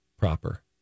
proper